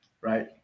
Right